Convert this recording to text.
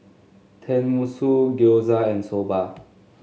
Tenmusu Gyoza and Soba